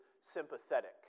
sympathetic